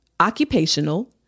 occupational